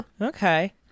okay